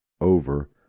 over